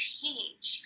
teach